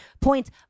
points